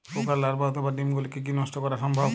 পোকার লার্ভা অথবা ডিম গুলিকে কী নষ্ট করা সম্ভব?